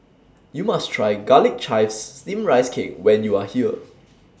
YOU must Try Garlic Chives Steamed Rice Cake when YOU Are here